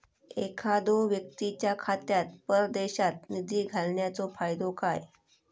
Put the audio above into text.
एखादो व्यक्तीच्या खात्यात परदेशात निधी घालन्याचो फायदो काय?